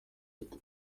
gute